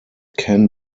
can